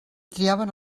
triaven